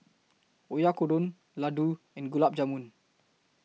Oyakodon Ladoo and Gulab Jamun